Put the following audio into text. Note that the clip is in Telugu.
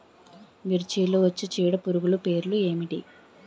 మిర్చిలో వచ్చే చీడపురుగులు పేర్లు ఏమిటి?